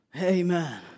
Amen